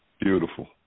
Beautiful